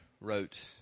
wrote